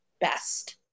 best